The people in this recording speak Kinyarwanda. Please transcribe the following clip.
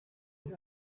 yari